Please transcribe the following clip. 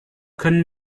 können